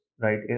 right